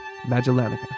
Magellanica